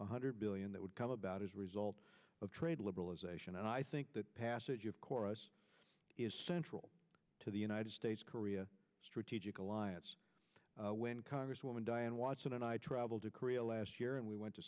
one hundred billion that would come about as a result of trade liberalization and i think that passage of course is central to the united states korea strategic alliance when congresswoman diane watson and i traveled to korea last year and we went to